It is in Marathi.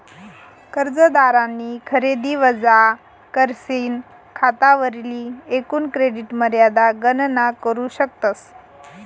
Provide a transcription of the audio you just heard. कर्जदारनी खरेदी वजा करीसन खातावरली एकूण क्रेडिट मर्यादा गणना करू शकतस